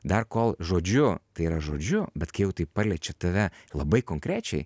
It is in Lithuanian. dar kol žodžiu tai yra žodžiu bet kai jau tai paliečia tave labai konkrečiai